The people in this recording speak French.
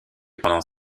pendant